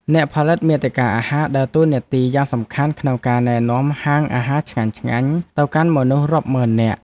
អ្នកផលិតមាតិកាអាហារ ដើរតួនាទីយ៉ាងសំខាន់ក្នុងការណែនាំហាងអាហារឆ្ងាញ់ៗទៅកាន់មនុស្សរាប់ម៉ឺននាក់។